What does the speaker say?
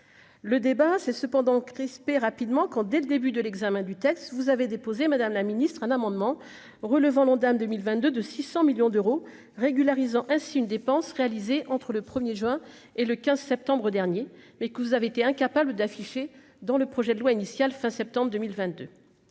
le débat s'est cependant crispé rapidement quand, dès le début de l'examen du texte, vous avez déposé, madame la ministre, un amendement relevant l'Ondam 2022 de 600 millions d'euros régularisant ainsi une dépense réalisée entre le 1er juin et le 15 septembre dernier mais que vous avez été incapables d'afficher dans le projet de loi initial fin septembre 2022,